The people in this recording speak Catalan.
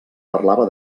parlava